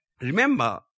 Remember